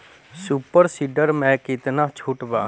Super seeder मै कितना छुट बा?